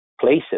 places